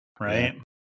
right